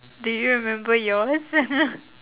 did you remember yours